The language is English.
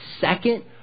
Second